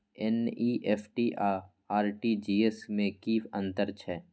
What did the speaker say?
NEFT आ RTGS में की अन्तर छै?